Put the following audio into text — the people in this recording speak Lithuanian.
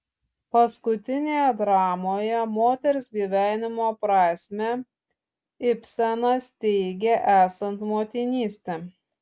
paskutinėje dramoje moters gyvenimo prasmę ibsenas teigia esant motinystę